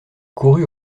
courut